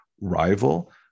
rival